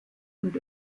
und